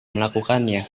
melakukannya